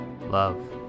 love